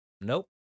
Nope